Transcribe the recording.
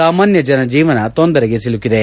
ಸಾಮಾನ್ಯ ಜನಜೀವನ ತೊಂದರೆಗೆ ಸಿಲುಕಿದೆ